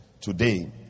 today